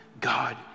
God